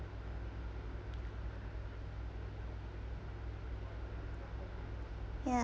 ya